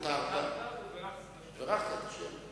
ובירכת את השם.